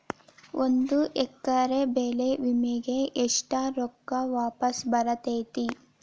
ಒಂದು ಎಕರೆ ಬೆಳೆ ವಿಮೆಗೆ ಎಷ್ಟ ರೊಕ್ಕ ವಾಪಸ್ ಬರತೇತಿ?